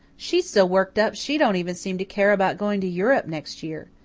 she's so worked up she don't even seem to care about going to europe next year.